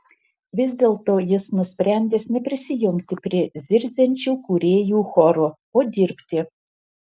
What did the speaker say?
vis dėlto jis nusprendęs neprisijungti prie zirziančių kūrėjų choro o dirbti